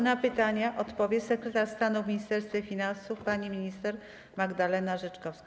Na pytania odpowie sekretarz stanu w Ministerstwie Finansów pani minister Magdalena Rzeczkowska.